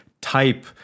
type